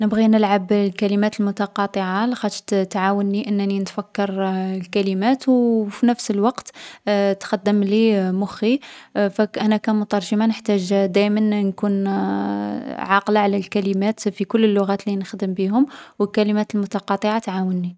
نبغي نلعب الكلمات المتقاطعة لاخطش تـ تعاوني أنني نتفكر كلمات و و في نفس الوقت تخدّملي مخي. فكـ أنا كمترجمة نحتاج دايما نـ نكون عاقلة على الكلمات في كل اللغات لي نخدم بيهم، و الكلمات المتقاطعة تعاوني.